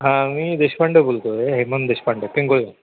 हां मी देशपांडे बोलतो आहे हेमन देशपांडे पिंगोळहून